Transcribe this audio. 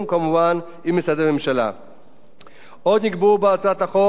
עוד נקבעו בהצעת החוק הסדרים מפורטים לפעילות בעלי